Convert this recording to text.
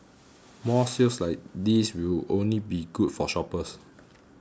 more sales like these will only be good for shoppers